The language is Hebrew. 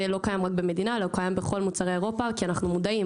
לא קיים רק במדינה אלא הוא קיים בכל מוצרי אירופה כי אנחנו מודעים